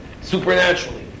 supernaturally